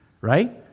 right